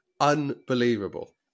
unbelievable